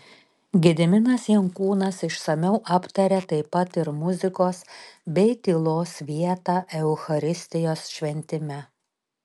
gediminas jankūnas išsamiau aptaria taip pat ir muzikos bei tylos vietą eucharistijos šventime